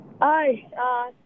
Hi